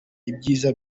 ibyiza